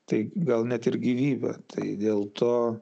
tai gal net ir gyvybę tai dėl to